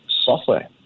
software